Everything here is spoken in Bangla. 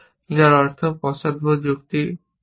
যার অর্থ এটি পশ্চাদপদ যুক্তি করছে